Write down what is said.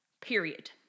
period